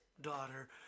daughter